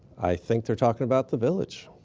i think they're talking about the village.